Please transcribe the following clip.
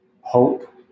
hope